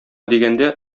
дигәндә